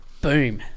boom